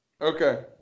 okay